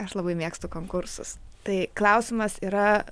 aš labai mėgstu konkursus tai klausimas yra